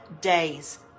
days